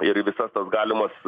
ir į visas galimas